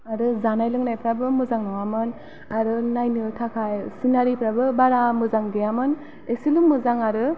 आरो जानाय लोंनायफ्राबो मोजां नङामोन आरो नायनो थाखाय सिनारिफ्राबो बारा मोजां गैयामोन एसेल' मोजां आरो